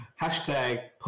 Hashtag